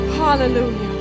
hallelujah